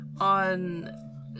on